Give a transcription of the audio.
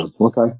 Okay